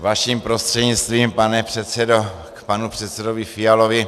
Vaším prostřednictvím, pane předsedo, k panu předsedovi Fialovi.